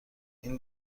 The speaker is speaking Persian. این